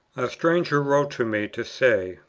a stranger wrote to me to say,